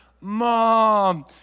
Mom